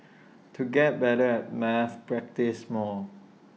to get better at maths practise more